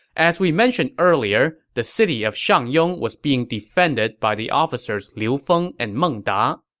as we mentioned earlier, the city of shangyong was being defended by the officers liu feng and meng da.